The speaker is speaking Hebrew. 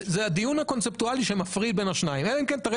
זה הדיון הקונספטואלי שמפריד בין השניים אלא אם כן תראה